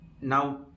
now